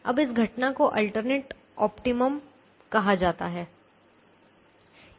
अब इस घटना को अल्टरनेट ऑप्टिमम कहा जाता है